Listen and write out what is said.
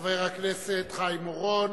חבר הכנסת חיים אורון,